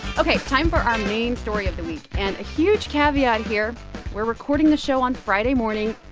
ok, time for our main story of the week. and a huge caveat here we're recording the show on friday morning.